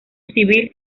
civil